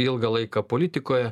ilgą laiką politikoje